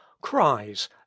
cries